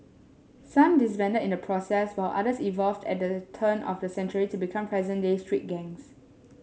some disbanded in the process while others evolved at the turn of the century to become present day street gangs